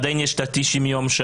עדיין יש 90 ימים.